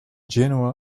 genoa